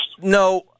No